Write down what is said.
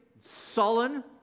sullen